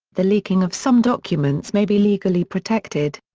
the leaking of some documents may be legally protected.